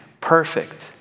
perfect